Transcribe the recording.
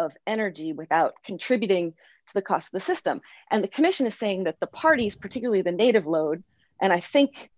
of energy without contributing to the cost of the system and the commission is saying that the parties particularly the native load and i think